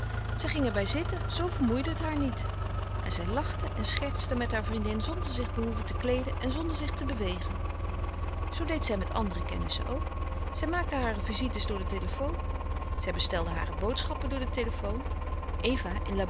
zij ging er bij zitten zoo vermoeide het haar niet en zij lachte en schertste met haar vriendin zonder zich behoeven te kleeden en zonder zich te bewegen zoo deed zij met andere kennissen ook zij maakte hare visite's door de telefoon zij bestelde hare boodschappen door de telefoon eva